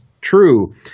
true